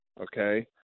Okay